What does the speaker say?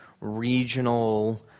regional